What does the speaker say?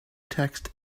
text